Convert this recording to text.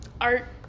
art